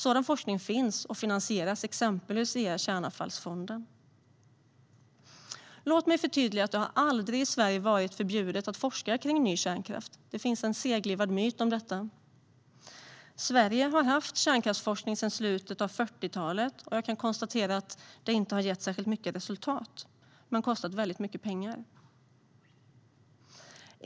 Sådan forskning finns och finansieras exempelvis via Kärnavfallsfonden. Låt mig förtydliga att det aldrig har varit förbjudet i Sverige att forska kring ny kärnkraft. Det finns en seglivad myt om detta. Sverige har haft kärnkraftsforskning sedan slutet av 40-talet, och jag kan konstatera att det inte har gett särskilt mycket resultat men kostat väldigt mycket pengar.